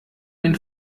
den